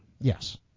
Yes